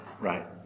Right